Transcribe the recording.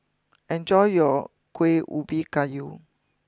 enjoy your Kueh Ubi Kayu